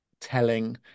telling